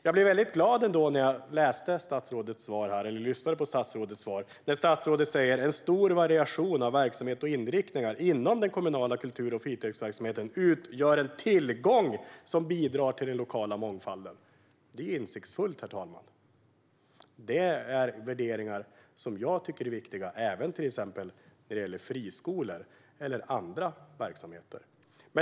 Jag blev ändå glad när jag lyssnade på statsrådets svar och han sa: "En stor variation av verksamheter och inriktningar inom den kommunala kultur och fritidsverksamheten utgör en tillgång som bidrar till den lokala mångfalden." Det är insiktsfullt, herr talman. Detta är värderingar som jag tycker är viktiga, även när det gäller friskolor och andra verksamheter.